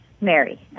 Mary